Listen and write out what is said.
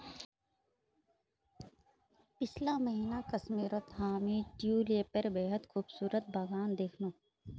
पीछला महीना कश्मीरत हामी ट्यूलिपेर बेहद खूबसूरत बगान दखनू